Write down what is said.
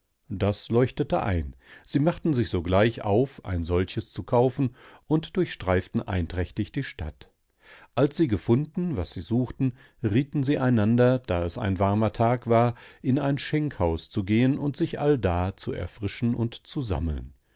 das leuchtete ein sie machten sich sogleich auf ein solches zu kaufen und durchstreiften einträchtig die stadt als sie gefunden was sie suchten rieten sie einander da es ein warmer tag war in ein schenkhaus zu gehen und sich allda zu erfrischen und zu sammeln